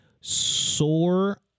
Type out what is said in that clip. sore